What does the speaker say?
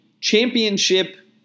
championship